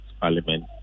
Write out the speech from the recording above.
Parliament